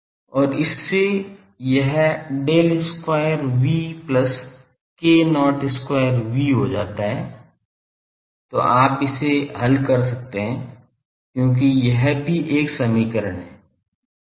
और इससे यह Del square V plus k not square V हो जाता है तो आप इसे हल कर सकते हैं क्योंकि यह भी एक समीकरण है